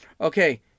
Okay